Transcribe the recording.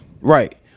Right